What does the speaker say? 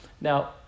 Now